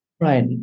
Right